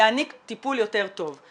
יעניק טיפול יותר טוב.